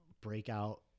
breakout